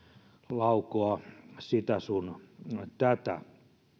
laukoa sitä sun tätä